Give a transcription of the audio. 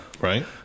right